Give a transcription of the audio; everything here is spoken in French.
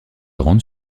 rendent